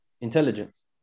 intelligence